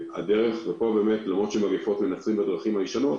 ולמרות שמגיפות מנצחים בדרכים הישנות,